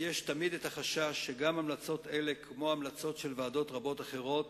יש תמיד החשש שגם המלצות אלה כמו המלצות של ועדות רבות אחרות,